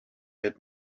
had